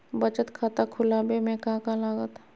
बचत खाता खुला बे में का का लागत?